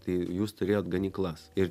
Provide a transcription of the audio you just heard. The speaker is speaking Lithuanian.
tai jūs turėjot ganyklas ir